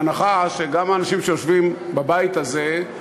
בהנחה שגם האנשים שיושבים בבית הזה,